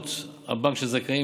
חשבונות הבנק של זכאים,